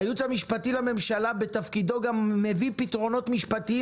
הייעוץ המשפטי לממשלה בתפקידו גם מביא פתרונות משפטיים